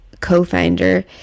co-founder